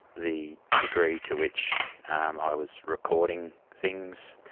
the degree to which um i was recording things.